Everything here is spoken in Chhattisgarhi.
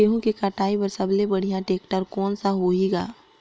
गहूं के कटाई पर सबले बढ़िया टेक्टर कोन सा होही ग?